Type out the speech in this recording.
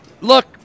Look